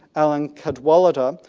alan cadwallader,